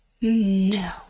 No